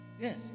Yes